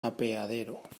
apeadero